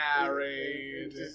married